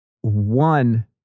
one